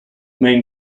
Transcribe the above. main